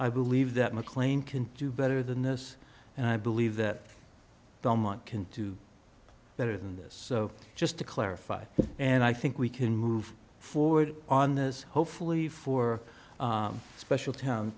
i believe that mclean can do better than this and i believe that i don't want can do better than this just to clarify and i think we can move forward on this hopefully for a special town